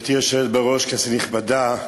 גברתי היושבת בראש, כנסת נכבדה,